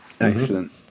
excellent